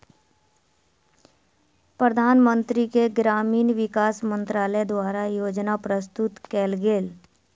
प्रधानमंत्री के ग्रामीण विकास मंत्रालय द्वारा योजना प्रस्तुत कएल गेल